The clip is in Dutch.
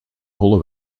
holle